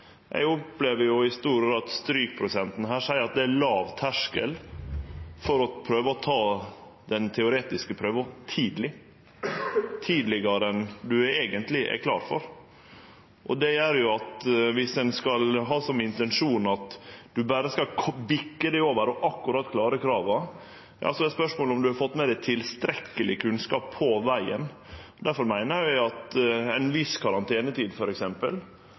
Eg opplever i stor grad at strykprosenten her tilseier at det er låg terskel for å prøve å ta den teoretiske prøva tidleg – tidlegare enn ein eigentleg er klar for. Det gjer at viss ein skal ha som intensjon at ein berre skal bikke seg over og akkurat klare krava, er spørsmålet om ein har fått med seg tilstrekkeleg kunnskap på vegen. Difor meiner eg at f.eks. ei viss karantenetid